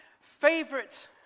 favorite